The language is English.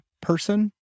person